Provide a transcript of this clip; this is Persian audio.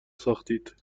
ساختید